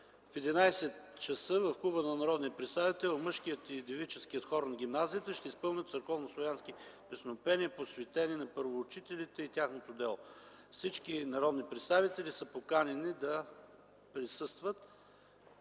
В 11,00 ч. в Клуба на народния представител мъжкият и девическият хор на гимназията ще изпълнят църковно-славянски песнопения, посветени на първоучителите и тяхното дело. Всички народни представители са поканени да присъстват.